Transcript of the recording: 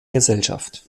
gesellschaft